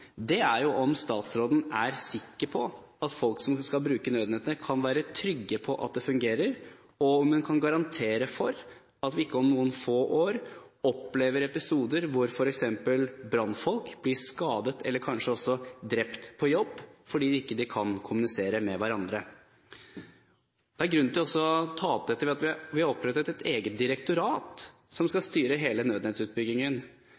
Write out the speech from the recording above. er jo om statsråden er sikker på at folk som skal bruke nødnettet, kan være trygge på at det fungerer, og om hun kan garantere for at vi ikke om noen få år vil oppleve episoder hvor f.eks. brannfolk blir skadet eller kanskje drept på jobb fordi de ikke kan kommunisere med hverandre. Det er grunn til å ta opp at vi har opprettet et eget direktorat som